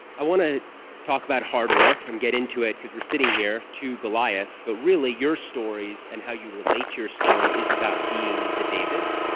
i want to talk about hard work, and get into it because we're sitting here, two goliaths, but really your stories, and how you relate to your story is about being the davids,